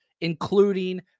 including